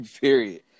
Period